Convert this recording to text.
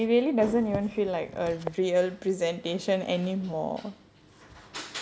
like it feels cheating like it really doesn't even feel like a real presentations anymore